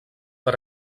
per